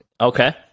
Okay